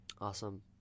Awesome